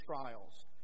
trials